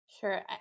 Sure